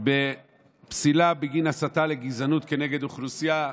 לפסילה בגין הסתה לגזענות כנגד אוכלוסייה.